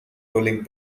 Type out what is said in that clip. rolling